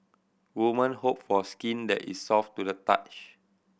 woman hope for skin that is soft to the touch